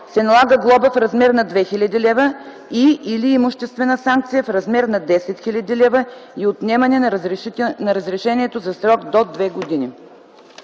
се налага глоба в размер на 2000 лв. и/или имуществена санкция в размер на 10 000 лв. и отнемане на разрешението за срок до две години.”